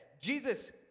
Jesus